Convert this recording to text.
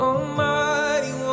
Almighty